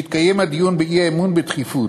יתקיים הדיון באי-אמון בדחיפות.